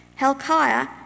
Helkiah